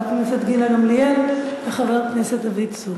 חברת הכנסת גילה גמליאל וחבר הכנסת דוד צור.